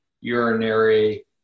urinary